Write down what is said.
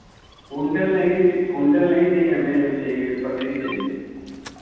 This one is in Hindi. कुंटल नहीं च कुंटल नहीं चाहिए हमें वह चाहिए पसेरी चाहिए